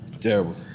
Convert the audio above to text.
Terrible